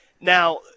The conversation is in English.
Now